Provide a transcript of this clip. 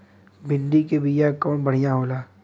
भिंडी के बिया कवन बढ़ियां होला?